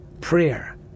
prayer